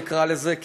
נקרא לזה,